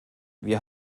wir